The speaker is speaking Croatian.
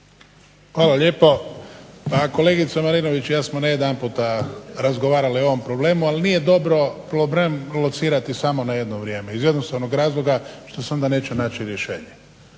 Hvala lijepo. Kolegica Marinović i ja smo ne jedanputa razgovarali o ovom problemu ali nije dobro problem locirati samo na jedno vrijeme iz jednostavnog razloga što se onda neće naći rješenje.